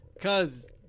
Cause